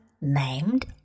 named